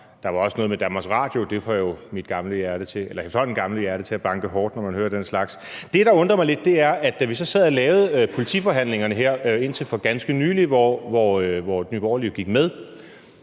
Der var også noget med Danmarks Radio, og det får jo mit efterhånden gamle hjerte til at banke hårdt, når jeg hører den slags. Det, der undrer mig lidt, er, at jeg, da vi så sad og lavede politiforhandlingerne her indtil for ganske nylig, hvor Nye Borgerlige jo gik med,